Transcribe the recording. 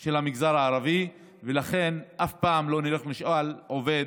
של המגזר הערבי, ולכן אף פעם לא נלך ונשאל עובד: